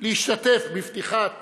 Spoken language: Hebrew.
להשתתף בפתיחת